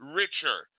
richer